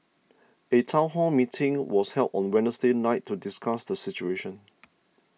a town hall meeting was held on Wednesday night to discuss the situation